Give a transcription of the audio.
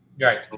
Right